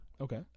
Okay